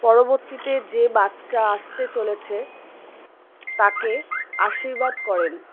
পরবর্তীতে যে বাচ্চা আসতে চলেছে তাকে আশীর্বাদ করেন